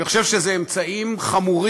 אני חושב שאלה אמצעים חמורים,